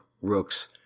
rook's